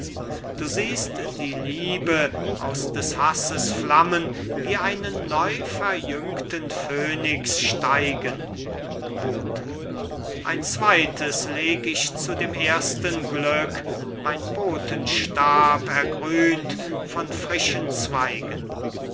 du siehst die liebe aus des hasses flammen wie einen neu verjüngten phönix steigen bote ein zweites leg ich zu dem ersten glück mein botenstab ergrünt von frischen zweiten